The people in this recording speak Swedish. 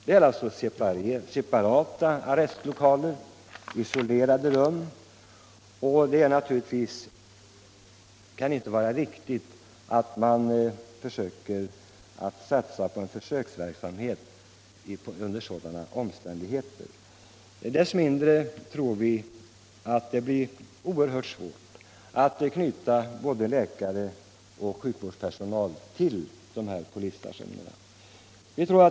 Det är separata arrestlokaler, isolerade rum, och det kan inte vara riktigt att satsa på en försöksverksamhet under sådana omständigheter. Troligen blir det också oerhört svårt att knyta läkare och annan sjukvårdspersonal till polisstationerna.